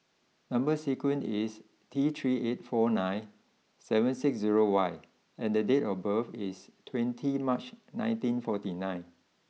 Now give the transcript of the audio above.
number sequence is T three eight four nine seven six zero Y and the date of birth is twenty March nineteen forty nine